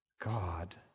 God